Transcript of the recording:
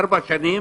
ארבע שנים